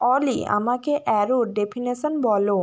অলি আমাকে অ্যারোর ডেফিনেশন বলো